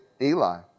Eli